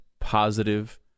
positive